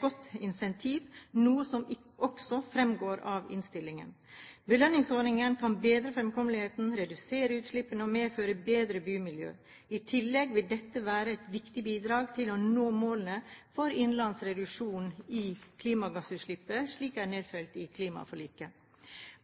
godt insentiv, noe som også fremgår av innstillingen. Belønningsordningen kan bedre fremkommeligheten, redusere utslippene og medføre bedre bymiljøer. I tillegg vil dette være et viktig bidrag til å nå målene for innenlandske reduksjoner i klimagassutslippene, slik det er nedfelt i klimaforliket.